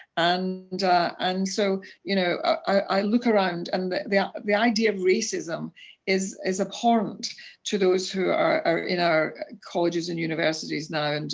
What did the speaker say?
and and so you know i look around, and the ah the idea of racism is an abhorrent to those who are in our colleges and universities now, and